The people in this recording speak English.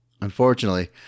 Unfortunately